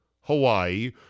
Hawaii